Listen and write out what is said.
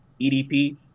EDP